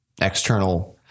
external